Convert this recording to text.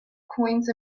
coins